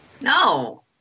No